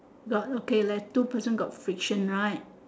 got like two person got friction right